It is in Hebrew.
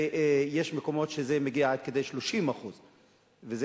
ויש מקומות שזה מגיע עד כדי 30%. זה